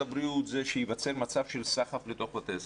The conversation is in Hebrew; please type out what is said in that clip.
הבריאות הוא שייווצר מצב של סחף בתוך בתי הספר.